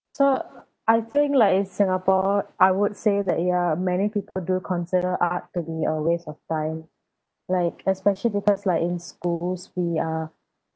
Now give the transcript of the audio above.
so I think like in singapore I would say that ya many people do consider art to be a waste of time like especially because like in schools we are